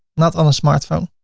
not on a smartphone.